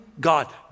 God